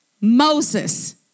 Moses